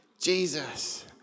Jesus